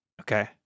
Okay